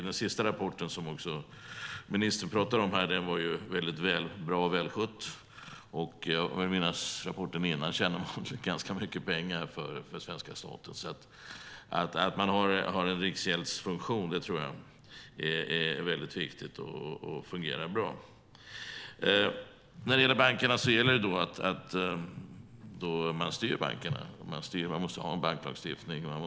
Den sista rapporten, som ministern pratade om, visar att det är bra och välskött. Jag vill minnas från rapporten innan att man tjänade ganska mycket pengar åt svenska staten. Det är väldigt viktigt att man har en riksgäldsfunktion som fungerar bra. Beträffande bankerna gäller det att man styr dem. Man måste ha en banklagstiftning.